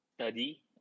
study